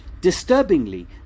Disturbingly